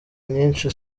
nyinshi